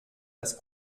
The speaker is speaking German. das